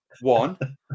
one